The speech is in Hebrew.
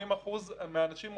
80% מהאנשים עוזבים,